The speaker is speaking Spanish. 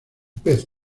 pez